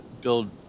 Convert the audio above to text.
build